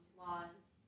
laws